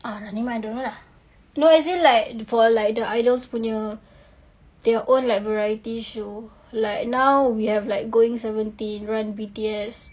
ah running man I don't know lah no as in like for like the idols punya their own like variety show like now we have like going seventeen run B_T_S